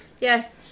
Yes